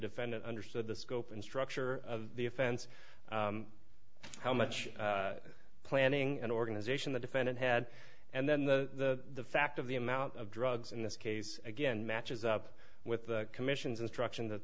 defendant understood the scope and structure of the offense how much planning and organization the defendant had and then the fact of the amount of drugs in this case again matches up with the commission's instruction that